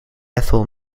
ethel